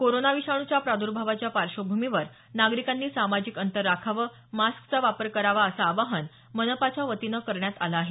corona विषाणूच्या प्रादुर्भावाच्या पार्श्वभूमीवर नागरीकांनी सामाजिक अंतर राखावं मास्कचा वापर करावा असं आवाहन मनपाच्या वतीनं करण्यात आलं आहे